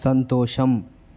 సంతోషం